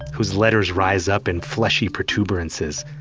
whose letters rise up in fleshy protuberances,